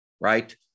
Right